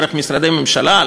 דרך משרדי הממשלה,